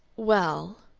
well,